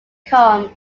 become